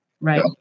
Right